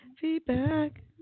feedback